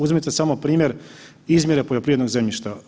Uzmite samo primjer izmjere poljoprivrednog zemljišta.